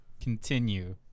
continue